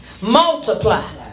Multiply